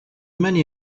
many